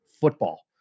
football